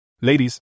Ladies